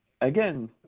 Again